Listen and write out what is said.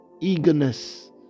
eagerness